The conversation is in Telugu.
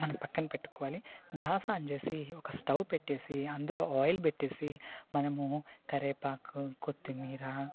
మనం పక్కన పెట్టుకోవాలి గ్యాస్ ఆన్ చేసి ఒక స్టవ్ పెట్టేసి అందులో ఆయిల్ పెట్టేసి మనము కరివేపాకు కొత్తిమీర